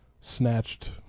snatched